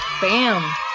Bam